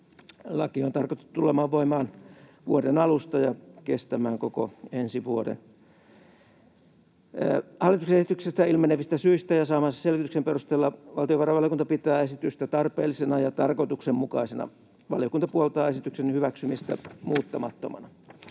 Laki on tarkoitettu tulemaan voimaan vuoden alusta ja kestämään koko ensi vuoden. Hallituksen esityksestä ilmenevistä syistä ja saamansa selvityksen perusteella valtiovarainvaliokunta pitää esitystä tarpeellisena ja tarkoituksenmukaisena. Valiokunta puoltaa esityksen hyväksymistä muuttamattomana.